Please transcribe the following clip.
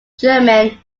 german